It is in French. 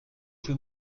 vous